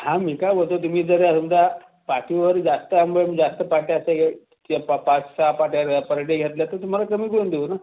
हां मी काय बोलतो तुम्ही जर समजा पाटीवर जास्त आंबे आणि जास्त पाट्या असा हे हे पा पाच सहा पाट्या घे परड्या घेतल्या तर तुम्हाला कमी करून देऊ ना